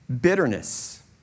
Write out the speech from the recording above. bitterness